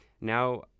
Now